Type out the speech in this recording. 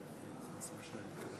סעיף 2 נתקבל.